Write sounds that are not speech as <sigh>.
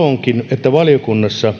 että valiokunnassa <unintelligible>